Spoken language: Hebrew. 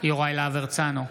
יוראי להב הרצנו,